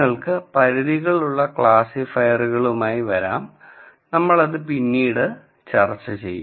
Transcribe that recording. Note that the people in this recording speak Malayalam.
നിങ്ങൾക്ക് പരിധികളുള്ള ക്ലാസിഫയറുകളുമായി വരാം നമ്മൾ അത് പിന്നീട് ചർച്ച ചെയ്യും